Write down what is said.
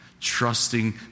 trusting